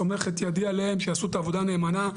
סומך את ידי עליהם שיעשו את העבודה נאמנה,